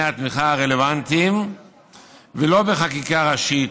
התמיכה הרלוונטיים ולא בחקיקה ראשית,